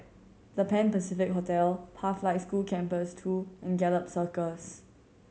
The Pan Pacific Hotel Pathlight School Campus Two and Gallop Circus